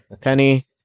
Penny